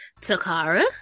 takara